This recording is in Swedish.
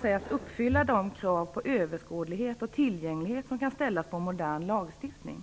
sägas uppfylla de krav på överskådlighet och tillgänglighet som kan ställas på modern lagstiftning.